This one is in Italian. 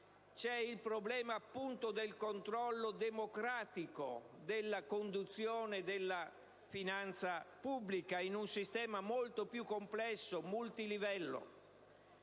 il problema del controllo democratico della conduzione della finanza pubblica in un sistema molto più complesso e multilivello.